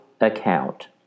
account